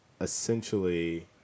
essentially